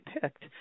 picked